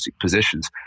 positions